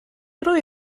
roi